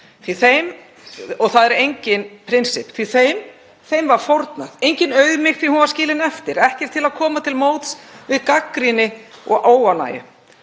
Það eru engin prinsipp því þeim var fórnað, engin auðmýkt því hún var skilin eftir, ekkert gert til að koma til móts við gagnrýni og óánægju.